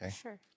Sure